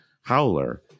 howler